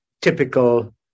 Typical